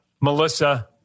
Melissa